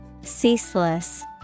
Ceaseless